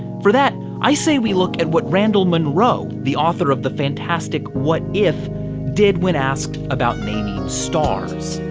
for that, i say we look at what randall munroe, the author of the fantastic what if did when asked about naming stars.